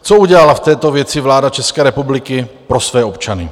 Co udělala v této věci vláda České republiky pro své občany?